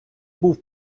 був